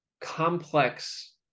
complex